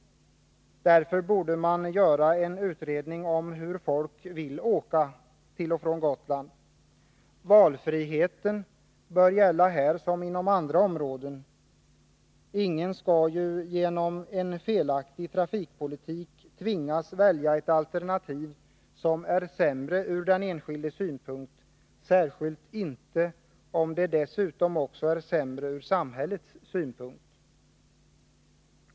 Därför borde man göra en utredning om hur folk vill åka till och från Gotland. Valfriheten bör gälla som inom andra områden. Ingen skall ju genom en felaktig trafikpolitik tvingas välja ett alternativ som är sämre ur den enskildes synpunkt, särskilt inte om det dessutom också är sämre ur samhällets synpunkt.